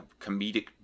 comedic